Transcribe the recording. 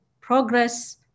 progress